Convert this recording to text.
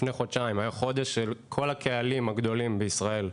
לפני חודשיים היה חודש של כל הקהלים הגדולים בישראל.